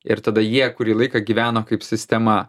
ir tada jie kurį laiką gyveno kaip sistema